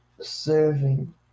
serving